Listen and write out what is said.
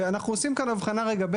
ואנחנו עושים כאן הבחנה רגע,